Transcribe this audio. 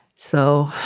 so,